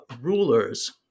rulers